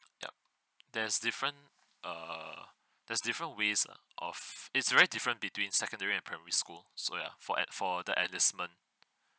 yup there's different err there's different ways of it's very different between secondary and primary school so ya for at for the enlistment